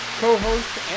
co-host